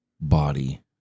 body